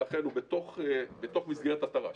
ולכן הוא בתוך מסגרת התר"ש.